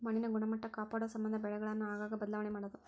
ಮಣ್ಣಿನ ಗುಣಮಟ್ಟಾ ಕಾಪಾಡುಸಮಂದ ಬೆಳೆಗಳನ್ನ ಆಗಾಗ ಬದಲಾವಣೆ ಮಾಡುದು